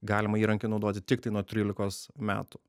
galima įrankį naudoti tiktai nuo trylikos metų